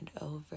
over